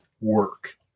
work